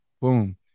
Boom